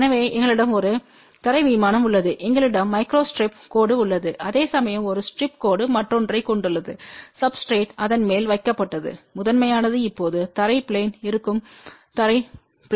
எனவே எங்களிடம் ஒரு தரை விமானம் உள்ளது எங்களிடம் மைக்ரோஸ்ட்ரிப் கோடு உள்ளது அதேசமயம் ஒரு ஸ்டிரிப் கோடு மற்றொன்றைக் கொண்டுள்ளது சப்ஸ்டிரேட்று அதன் மேல் வைக்கப்பட்டு முதன்மையானது இப்போது தரை ப்லேன் இருக்கும் தரை ப்லேன்